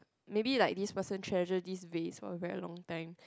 maybe like this person treasure this ways for a very long time